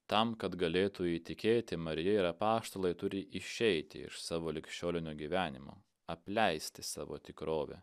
tam kad galėtų įtikėti marija ir apaštalai turi išeiti iš savo ligšiolinio gyvenimo apleisti savo tikrovę